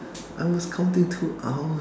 I was counting two hours